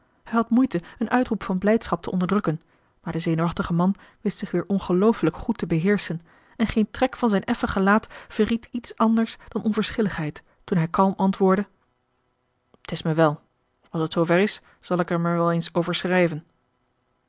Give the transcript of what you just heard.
had moeite een marcellus emants een drietal novellen uitroep van blijdschap te onderdrukken maar de zenuwachtige man wist zich weer ongeloofelijk goed te beheerschen en geen trek van zijn effen gelaat verried iets anders dan onverschilligheid toen hij kalm antwoordde t is mij wel als het zoover is zal ik hem er wel eens over